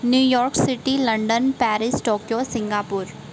New York City London Paris Tokyo Singapore